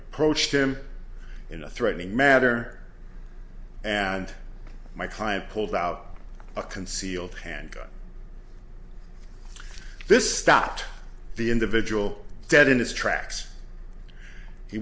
approached him in a threatening matter and my client pulled out a concealed handgun this stopped the individual dead in his tracks he